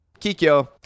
Kikyo